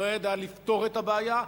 לא ידעה לפתור את הבעיה,